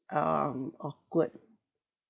um awkward